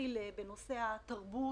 שיתחיל עכשיו בנושא התרבות.